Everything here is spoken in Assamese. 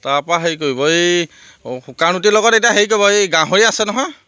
তাৰ পৰা হেৰি কৰিব এই শুকান ৰুটিৰ লগত এতিয়া হেৰি কৰিব এই গাহৰি আছে নহয়